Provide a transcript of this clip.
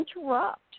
interrupt